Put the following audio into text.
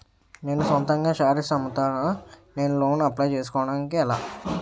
నేను సొంతంగా శారీస్ అమ్ముతాడ, నేను లోన్ అప్లయ్ చేసుకోవడం ఎలా?